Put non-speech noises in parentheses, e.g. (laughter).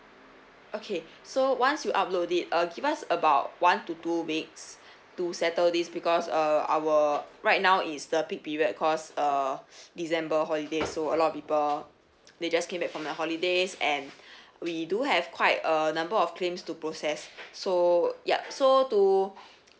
okay (breath) so once you upload it uh give us about one to two weeks (breath) to settle this because uh our right now is the peak period cause uh (breath) december holiday so a lot people they just came back from the holidays and (breath) we do have quite a number of claims to process so yup so to (breath)